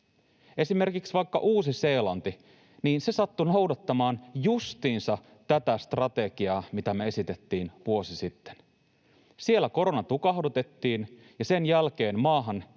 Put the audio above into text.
Esimerkiksi vaikka Uusi-Seelanti sattui noudattamaan justiinsa tätä strategiaa, mitä me esitettiin vuosi sitten. Siellä korona tukahdutettiin, ja sen jälkeen maahan